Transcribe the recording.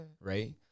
Right